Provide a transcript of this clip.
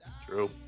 True